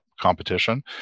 competition